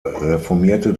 reformierte